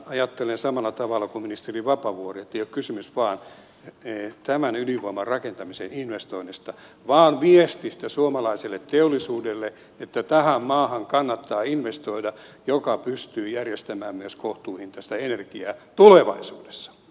ajattelen samalla tavalla kuin ministeri vapaavuori että ei ole kysymys vain tämän ydinvoiman rakentamisen investoinnista vaan viestistä suomalaiselle teollisuudelle että kannattaa investoida tähän maahan joka pystyy järjestämään myös kohtuuhintaista energiaa tulevaisuudessa